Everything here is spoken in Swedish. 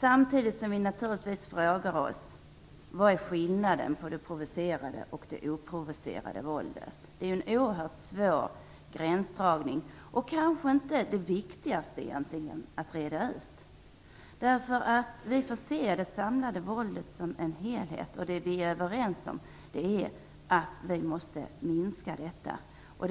Samtidigt frågar vi oss naturligtvis vad det är för skillnad mellan det provocerade och det oprovocerade våldet. Det är en oerhört svår gränsdragning, och det kanske egentligen inte är det viktigaste att reda ut. Vi får se det samlade våldet som en helhet. Vi är överens om att vi måste minska våldet.